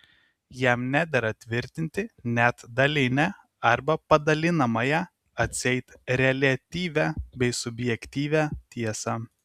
jam nedera tvirtinti net dalinę arba padalinamąją atseit reliatyvią bei subjektyvią tiesą